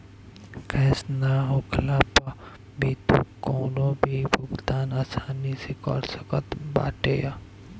cash ना होखला पअ भी तू कवनो भी भुगतान आसानी से कर सकत बाटअ